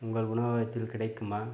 உங்கள் உணவகத்தில் கிடைக்குமா